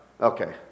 Okay